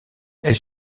elle